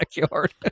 backyard